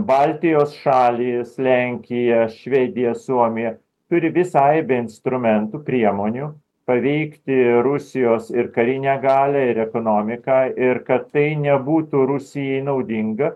baltijos šalys lenkija švedija suomija turi visai be instrumentų priemonių paveikti rusijos ir karinę galią ir ekonomiką ir kad tai nebūtų rusijai naudinga